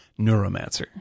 Neuromancer